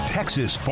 Texas